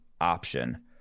option